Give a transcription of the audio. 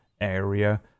area